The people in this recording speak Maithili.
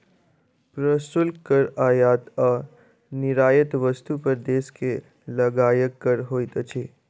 प्रशुल्क कर आयात आ निर्यात वस्तु पर देश के लगायल कर होइत अछि